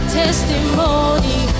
testimony